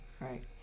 Right